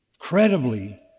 Incredibly